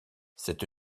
cette